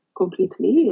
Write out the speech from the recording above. completely